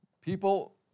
people